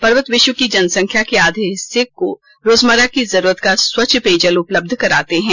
पर्वत विश्व की जनसंख्या के आधे हिस्से को रोजमर्रा की जरूरत का स्वच्छ पेयजल उपलब्ध कराते हैं